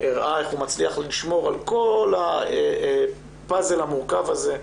הראה איך הוא מצליח לשמור על כל הפאזל המורכב הזה,